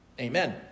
Amen